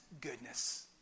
goodness